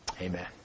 amen